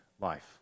life